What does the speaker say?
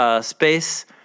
space